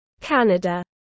Canada